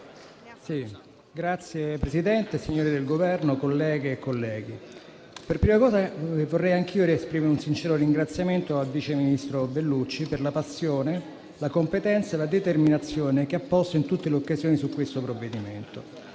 Signor Presidente, signori del Governo, colleghe e colleghi, per prima cosa vorrei anch'io esprimere un sincero ringraziamento al vice ministro Bellucci per la passione, la competenza e la determinazione che ha posto in tutte le occasioni di discussione di questo provvedimento.